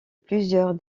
plusieurs